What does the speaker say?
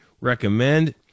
recommend